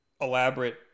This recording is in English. elaborate